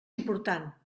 important